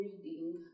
reading